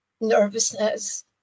nervousness